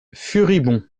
furibond